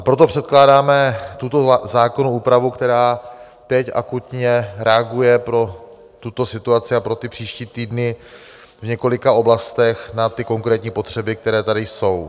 Proto předkládáme tuto zákonnou úpravu, která teď akutně reaguje pro tuto situaci a pro ty příští týdny v několika oblastech na konkrétní potřeby, které tady jsou.